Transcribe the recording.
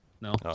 No